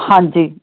ਹਾਂਜੀ